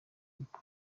mukuru